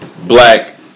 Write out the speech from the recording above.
Black